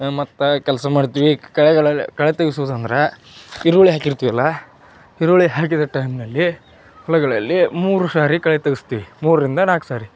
ಮತ್ತು ಕೆಲಸ ಮಾಡಿದ್ವಿ ಕಳೆಗಳಲ್ ಕಳೆ ತೆಗಿಸುವುದು ಅಂದ್ರೆ ಈರುಳ್ಳಿ ಹಾಕಿರ್ತೀವಲ್ಲ ಈರುಳ್ಳಿ ಹಾಕಿದ ಟೈಮ್ನಲ್ಲಿ ಹೊಲಗಳಲ್ಲಿ ಮೂರು ಸಾರಿ ಕಳೆ ತೆಗೆಸ್ತೀವಿ ಮೂರರಿಂದ ನಾಲ್ಕು ಸಾರಿ